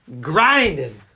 grinding